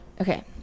Okay